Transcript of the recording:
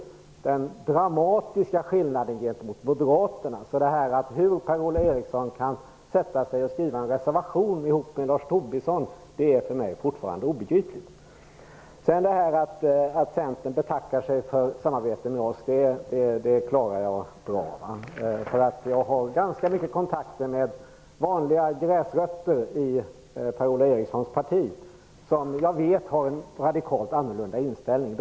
Den dramatiska skillnaden gentemot Moderaterna kvarstår. Hur Per-Ola Eriksson kan skriva en reservation tillsammans med Lars Tobisson är fortfarande obegripligt för mig. Att Centern tackar nej till ett samarbete med oss klarar jag bra. Jag har ganska mycket kontakter med vanliga gräsrötter i Per-Ola Erikssons parti, och jag vet att de har en helt annan inställning.